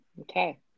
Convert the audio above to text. Okay